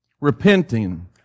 Repenting